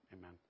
Amen